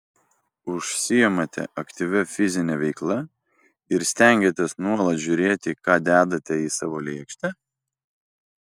užsiimate aktyvia fizine veikla ir stengiatės nuolat žiūrėti ką dedate į savo lėkštę